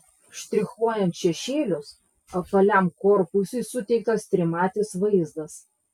štrichuojant šešėlius apvaliam korpusui suteiktas trimatis vaizdas